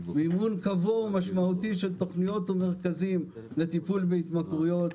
ומימון קבוע ומשמעותי של תוכניות ומרכזים לטיפול בהתמכרויות.